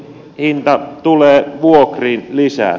tämäkin hinta tulee vuokriin lisää